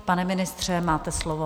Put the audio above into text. Pane ministře, máte slovo.